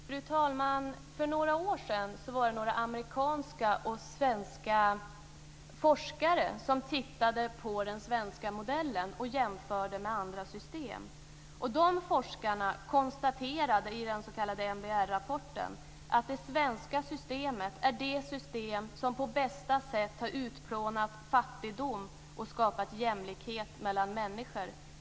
Fru talman! För några år sedan var det några amerikanska och svenska forskare som tittade på den svenska modellen och jämförde den med andra system. Dessa forskare konstaterade i den s.k. MBR rapporten att det svenska systemet är det system som på bästa sätt har utplånat fattigdom och skapat jämlikhet mellan människor.